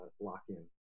lock-in